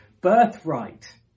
birthright